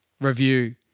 review